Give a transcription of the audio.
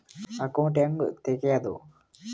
Account ಹ್ಯಾಂಗ ತೆಗ್ಯಾದು?